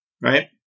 right